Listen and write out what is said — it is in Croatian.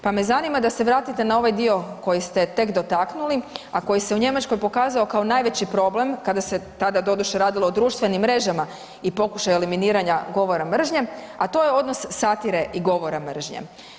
Pa me zanima da se vratite na ovaj dio koji ste tek dotaknuli, a koji se u Njemačkoj pokazao kao najveći problem kada se tada doduše radilo o društvenim mrežama i pokušaju eliminiranja govora mržnje, a to je odnos satire i govora mržnje.